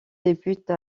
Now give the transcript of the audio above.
débute